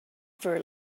fur